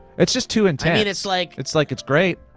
it's just too intense. it's like, it's like it's great.